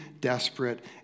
desperate